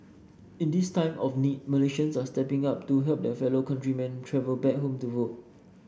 in this time of need Malaysians are stepping up to help their fellow countrymen travel back home to vote